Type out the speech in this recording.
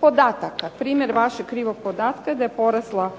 podataka. Primjer vašeg krivog podatka je da je poraslo